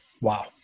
Wow